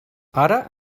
ara